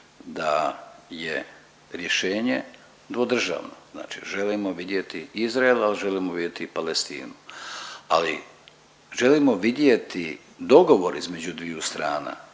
da je rješenje dvodržavno, znači želimo vidjeti Izrael, al želimo vidjeti i Palestinu, ali želimo vidjeti dogovor između dviju strana,